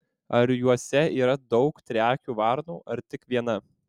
ar juose yra daug triakių varnų ar tik viena